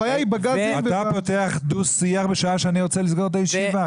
הבעיה היא בגזים --- אתה פותח דו-שיח בשעה שאני רוצה לסגור את הישיבה.